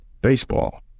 baseball